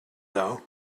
though